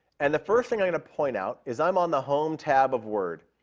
and the first thing i'm going to point out is i'm on the home tab of word.